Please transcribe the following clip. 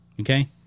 Okay